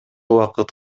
убакыт